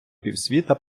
півсвіта